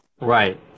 Right